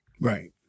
Right